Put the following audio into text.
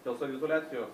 dėl saviizoliacijos